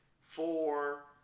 four